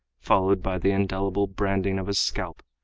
followed by the indelible branding of his scalp,